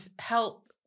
help